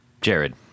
Jared